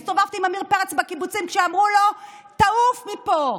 הסתובבתי עם עמיר פרץ בקיבוצים כשאמרו לו: תעוף מפה,